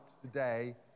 today